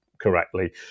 correctly